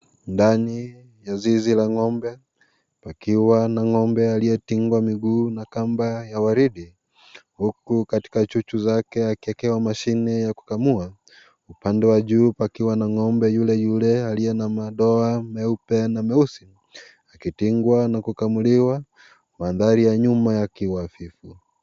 Ndani ya zizi la ngombe pakiwa na ngombe aliyetingwa miguu na kamba ya waridi huku katika chuchu zake akiwekewa mashine ya kukamua ,upande ya juu pakiwa na ngombe yuleyule aliye na madoa meupe na meusi akidungwa na kukamuliwa . Mandhari ya nyuma yakiwa vumbi.